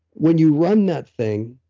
when you run that thing,